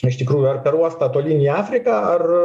iš tikrųjų ar per uostą tolyn į afriką ar